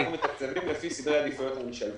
אנחנו מתקצבים לפי סדרי העדיפויות הממשלתיים.